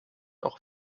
auch